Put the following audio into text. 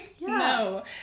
No